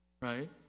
right